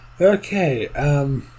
Okay